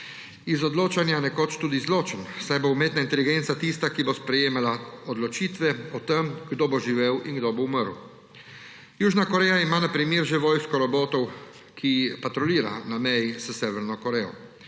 iz odločanja nekoč tudi izločen, saj bo umetna inteligenca tista, ki bo sprejemala odločitve o tem, kdo bo živel in kdo bo umrl. Južna Koreja ima na primer že vojsko robotov, ki patruljira na meji s Severno Korejo.